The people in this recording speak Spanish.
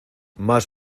más